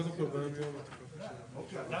יש לנו